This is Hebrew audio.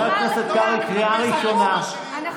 קריאה ראשונה,